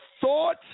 thought